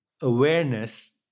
awareness